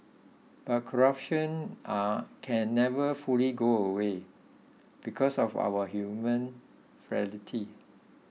but corruption are can never fully go away because of our human frailty